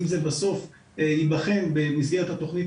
האם זה בסוף ייבחן במסגרת התכנית